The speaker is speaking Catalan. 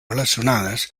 relacionades